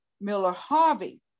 Miller-Harvey